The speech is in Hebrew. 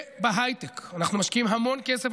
ובהייטק אנחנו משקיעים המון כסף.